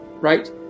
right